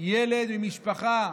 וילד ממשפחה